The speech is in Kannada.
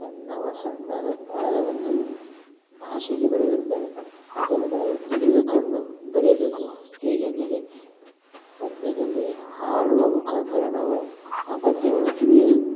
ಸಣ್ಣವ ಸಣ್ಣದೊಂದು ಆದ ಒಂದು ಭಾಷೆಯಲ್ಲಿ ಬರೆದಿರುತ್ತಾರೆ ಅದನ್ನು ನಾವು ತಿಳಿದುಕೊಂಡು ಬರೆಯಬೇಕು ಹೇಗೆಂದರೆ ಪದ್ಯದಲ್ಲಿ ಹಾಡುವ ಮುಖಾಂತರ ನಾವು ಆ ಪದ್ಯವನ್ನು ತಿಳಿಯಲಿಕ್ಕೆ